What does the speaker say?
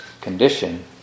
condition